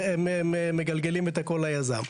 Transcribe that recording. הם מגלגלים את הכל ליזם.